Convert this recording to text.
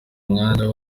umwanya